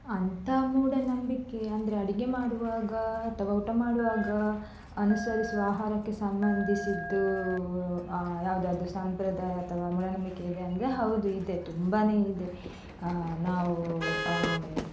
ಅಂಥ ಮೂಢನಂಬಿಕೆ ಅಂದರೆ ಅಡಿಗೆ ಮಾಡುವಾಗ ಅಥವಾ ಊಟ ಮಾಡುವಾಗ ಅನುಸರಿಸುವ ಆಹಾರಕ್ಕೆ ಸಂಬಂಧಿಸಿದ್ದು ಯಾವುದಾದ್ರು ಸಂಪ್ರದಾಯ ಅಥವಾ ಮೂಢನಂಬಿಕೆ ಇದೆ ಅಂದರೆ ಹೌದು ಇದೆ ತುಂಬಾ ಇದೆ ನಾವು